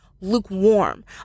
lukewarm